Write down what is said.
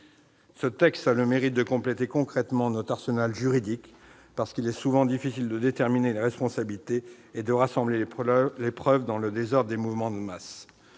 Ce texte a le mérite de compléter notre arsenal juridique de façon concrète, parce qu'il est souvent difficile de déterminer les responsabilités et de rassembler les preuves dans le désordre des mouvements de masse.